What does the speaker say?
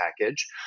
package